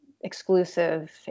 exclusive